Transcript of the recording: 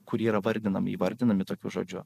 kurie yra vardinami įvardinami tokiu žodžiu